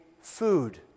food